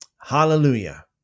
Hallelujah